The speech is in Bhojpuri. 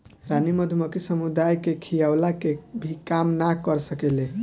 रानी मधुमक्खी समुदाय के खियवला के भी काम ना कर सकेले